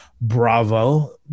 Bravo